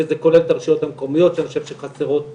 וזה כולל את הרשויות המקומיות שאני חושב שחסרות פה,